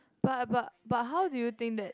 but but but how do you think that